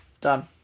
Done